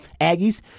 Aggies